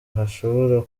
hashobora